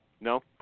No